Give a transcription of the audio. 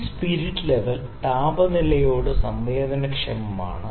ഈ spirit level താപനിലയോട് സംവേദനക്ഷമമാണ്